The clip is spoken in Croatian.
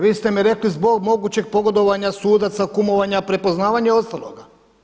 Vi ste mi rekli zbog mogućeg pogodovanja sudaca, kumovanja, prepoznavanja, ostaloga.